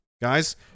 guys